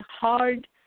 hard